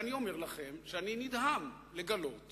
אני אומר לכם שאני נדהם לגלות